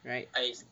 right